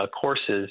courses